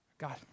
God